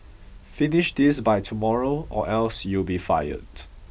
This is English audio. finish this by tomorrow or else you'll be fired